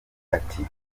ati